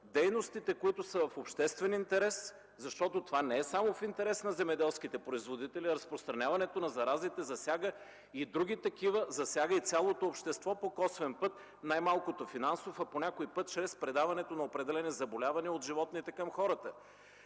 дейностите, които са в обществен интерес, защото това не е само в интерес на земеделските производители. Разпространяването на заразите засяга и други такива, засяга цялото общество по косвен път, най-малкото финансово, а някой път чрез предаването на определени заболявания от животните към хората.